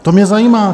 To mě zajímá.